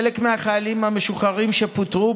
חלק מהחיילים המשוחררים שפוטרו,